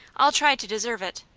i'll try to deserve it.